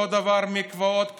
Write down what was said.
אותו דבר: המקוואות פתוחים,